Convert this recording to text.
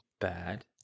bad